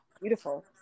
Beautiful